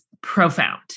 profound